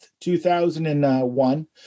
2001